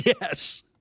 Yes